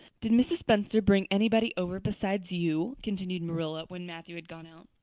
did mrs. spencer bring anybody over besides you? continued marilla when matthew had gone out.